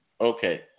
Okay